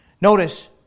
Notice